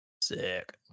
sick